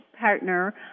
partner